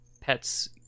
pets